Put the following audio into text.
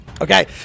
Okay